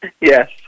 Yes